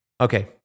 Okay